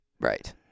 Right